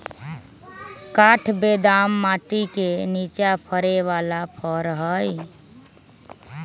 काठ बेदाम माटि के निचा फ़रे बला फ़र हइ